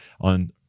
on